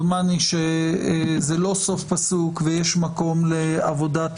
דומני שזה לא סוף פסוק ויש מקום לעבודת